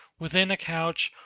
within a couch,